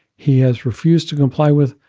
he has refused to comply with